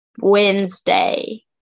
Wednesday